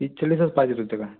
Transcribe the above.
तीस चाळीसच पाहिजेत होते का